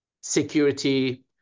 security